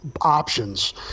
options